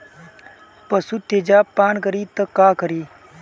पशु तेजाब पान करी त का करी?